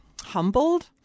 humbled